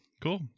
cool